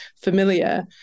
familiar